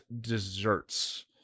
desserts